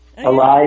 Alive